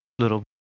Little